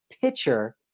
pitcher